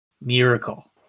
miracle